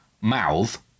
mouth